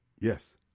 Yes